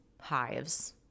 hives